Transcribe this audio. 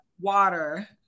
Water